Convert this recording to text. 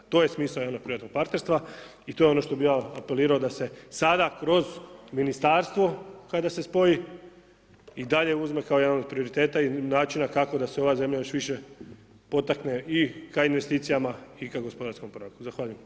To je smisao javno privatnog partnerstva I to je ono što bih ja apelirao da se sada kroz ministarstvo kada se spoji i dalje uzme kao jedan od prioriteta i načina kako da se ova zemlja još više potakne i ka investicijama i ka gospodarskom oporavku.